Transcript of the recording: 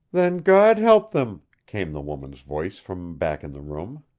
then god help them, came the woman's voice from back in the room.